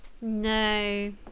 No